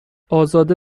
ازاده